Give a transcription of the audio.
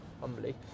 humbly